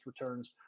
returns